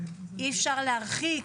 אי-אפשר להרחיק?